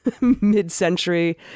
mid-century